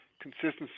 consistency